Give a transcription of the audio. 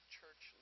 church